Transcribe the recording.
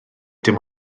dim